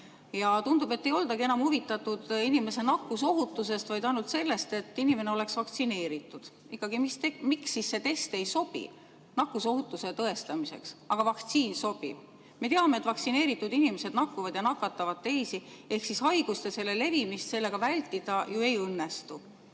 Tundub, et ei oldagi huvitatud inimese nakkusohutusest, vaid ainult sellest, et inimene oleks vaktsineeritud. Miks siis test ei sobi nakkusohutuse tõestamiseks, aga vaktsiin sobib? Me teame, et vaktsineeritud inimesed nakatuvad ja nakatavad teisi ehk haigust ja selle levimist sellega vältida ju ei õnnestu.